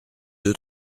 deux